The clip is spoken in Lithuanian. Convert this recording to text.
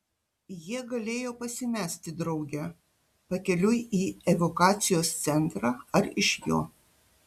jie galėjo pasimesti drauge pakeliui į evakuacijos centrą ar iš jo